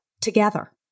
together